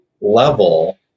level